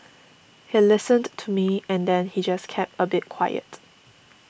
he listened to me and then he just kept a bit quiet